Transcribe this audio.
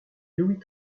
louis